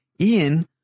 Ian